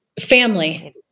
family